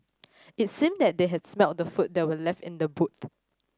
it seemed that they had smelt the food that were left in the boot